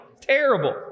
terrible